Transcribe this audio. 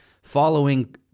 following